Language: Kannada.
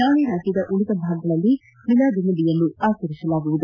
ನಾಳೆ ರಾಜ್ಯದ ಉಳಿದ ಭಾಗಗಳಲ್ಲಿ ಮಿಲಾದುನ್ನಬಿಯನ್ನು ಆಚರಿಸಲಾಗುವುದು